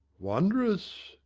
wondrous! ay,